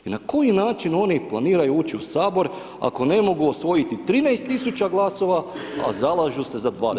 I na koji način oni planiraju ući u Sabor, ako ne mogu osvojiti 13000 glasova, a zalažu se za 20000?